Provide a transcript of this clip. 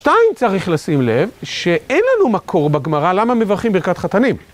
עכשיו צריך לשים לב שאין לנו מקור בגמרא למה מברכים ברכת חתנים.